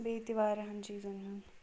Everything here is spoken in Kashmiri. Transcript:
بیٚیہِ تہِ واریاہن چیٖزَن ہُنٛد